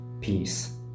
Peace